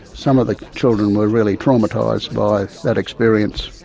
some of the children were really traumatised by that experience.